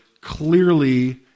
clearly